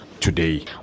today